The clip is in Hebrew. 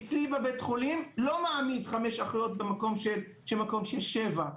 אצלי בבית החולים אני לא מעמיד חמש אחיות במקום של שבע,